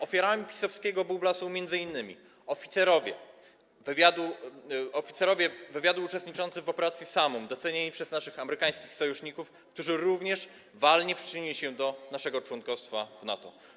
Ofiarami PiS-owskiego bubla są m.in. oficerowie wywiadu uczestniczący w operacji „Samum” - docenieni przez naszych amerykańskich sojuszników - którzy również walnie przyczynili się do naszego członkostwa w NATO.